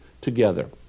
together